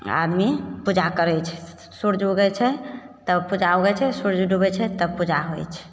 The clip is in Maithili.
आदमी पूजा करय छै सूर्य उगय छै तब पूजा होइ छै सूर्य डूबय छै तब पूजा होइ छै